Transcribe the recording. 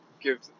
give